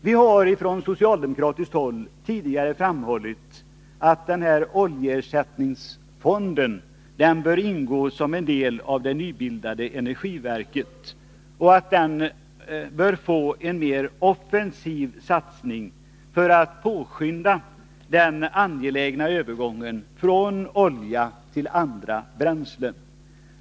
Vi har från socialdemokratiskt håll tidigare framhållit att denna oljeersättningsfond bör ingå som en del av det nybildade energiverket och att den bör få en mer offensiv satsning för att påskynda den angelägna övergången från olja till andra bränslen.